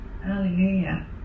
Hallelujah